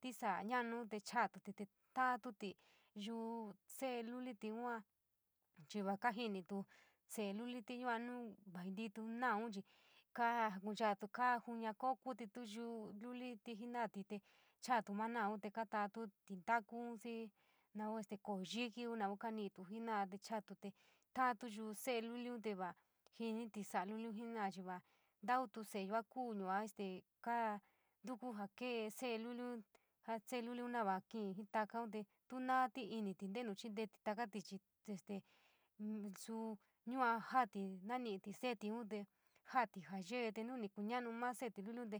tisaa ñaonun te chatotutti taotú. Chii va kajinu te sele luli’ti yua sele luli’ti, yua chii kajukunchalu kaa jona koo voniitu noun, luli’ti jena’oti, te chaa to maa naun te katadi ñintaku, xii naun este koo yikiun naun kaa nii tuo jenao te chaa te taatu yuo sele luliun te va jin tisaa luliun jenoa chii voi todo seiyaa koo jua este kaa ntuku jaa kee se’e luliun, jaa sele luliun naa kii jii takaun te tu naoti ñiti ntenu chii te takati chii te ste nsuu yua jaati nani´ítí se´etiun te ja´ati jaa yee te nuní kuñanu maa se’eti luliun te.